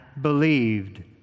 believed